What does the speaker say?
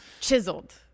chiseled